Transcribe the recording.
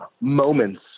moments